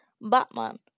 Batman